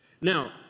Now